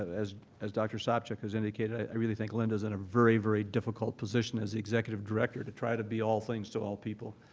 as as dr. sopcich has indicated, i really think linda is in a very, very difficult position as the executive director to try to be all things to all people.